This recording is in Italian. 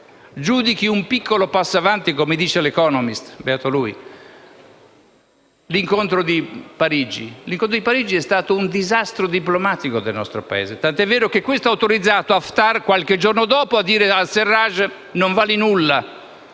giudicato un piccolo passo in avanti - come dice «The Economist» (beato lui) - l'incontro di Parigi. L'incontro di Parigi è stato un disastro diplomatico del nostro Paese, tant'è vero che questo ha autorizzato Haftar, qualche giorno dopo, a dire che al-Sarraj non vale nulla,